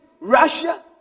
Russia